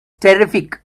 terrific